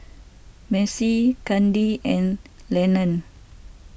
Marcy Kadin and Leland